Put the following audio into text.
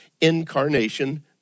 incarnation